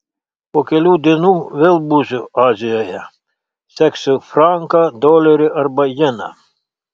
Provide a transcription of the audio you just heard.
po kelių dienų vėl būsiu azijoje seksiu franką dolerį arba jeną